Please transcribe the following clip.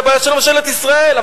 זו הבעיה של ממשלת ישראל.